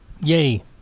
yay